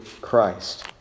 Christ